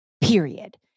period